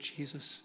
Jesus